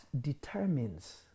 determines